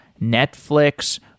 Netflix